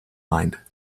mind